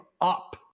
up